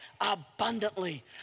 abundantly